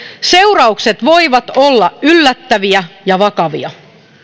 seuraukset voivat olla yllättäviä ja vakavia